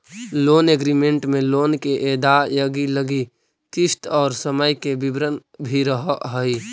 loan agreement में loan के अदायगी लगी किस्त और समय के विवरण भी रहऽ हई